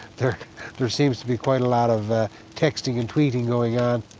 there there seems to be quite a lot of texting and tweeting going on.